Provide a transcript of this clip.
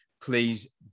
please